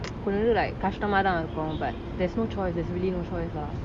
கஷ்டமா தான் இருக்கும்:kastama thaan irukum but there's no choice there's really no choice lah